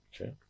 Okay